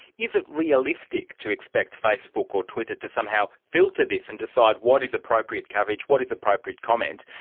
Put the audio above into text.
is it realistic to expect facebook or twitter to somehow filter this and decide what is appropriate coverage, what is appropriate comment,